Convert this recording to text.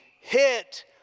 hit